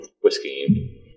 whiskey